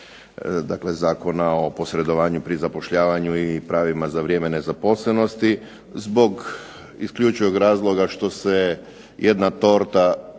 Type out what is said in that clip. dakle Zakona o posredovanju pri zapošljavanju i pravima za vrijeme nezaposlenosti, zbog isključivog razloga što se jedna torta